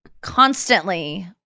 constantly